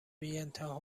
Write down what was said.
بیانتها